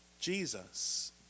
Jesus